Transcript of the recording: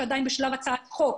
שהוא עדיין בשלב של הצעת חוק.